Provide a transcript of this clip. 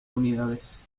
unidas